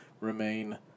Remain